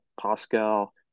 Pascal